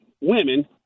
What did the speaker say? women